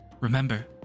Remember